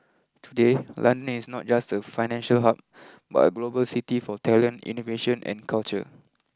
today London is not just a financial hub but a global city for talent innovation and culture